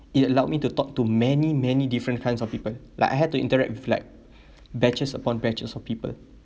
it allowed me to talk to many many different kinds of people like I had to interact with like batches upon batches of people